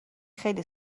خیلی